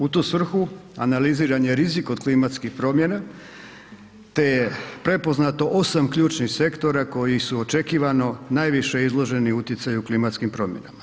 U tu svrhu analiziran je rizik od klimatskih promjena te je prepoznato 8 ključnih sektora koji su očekivano najviše izloženi utjecaju klimatskim promjenama.